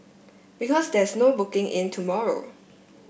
because there's no booking in tomorrow